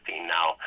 now